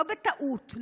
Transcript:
לא בטעות,